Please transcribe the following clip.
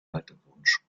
haltewunsch